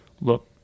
look